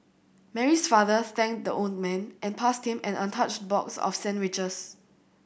Mary's father thanked the old man and passed him an untouched box of sandwiches